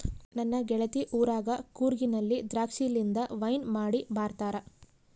ನನ್ನ ಗೆಳತಿ ಊರಗ ಕೂರ್ಗಿನಲ್ಲಿ ದ್ರಾಕ್ಷಿಲಿಂದ ವೈನ್ ಮಾಡಿ ಮಾಡ್ತಾರ